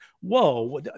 whoa